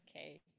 Okay